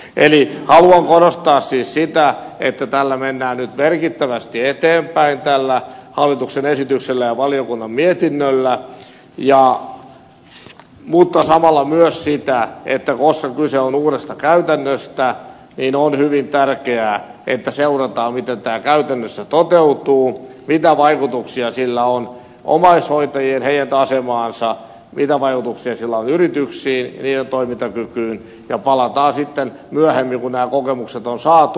eli haluan korostaa siis sitä että tällä mennään nyt merkittävästi eteenpäin tällä hallituksen esityksellä ja valiokunnan mietinnöllä mutta samalla myös sitä että koska kyse on uudesta käytännöstä niin on hyvin tärkeää että seurataan miten tämä käytännössä toteutuu mitä vaikutuksia sillä on omaishoitajiin heidän asemaansa mitä vaikutuksia sillä on yrityksiin niiden toimintakykyyn ja palataan sitten myöhemmin kun nämä kokemukset on saatu